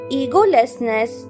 egolessness